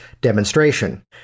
demonstration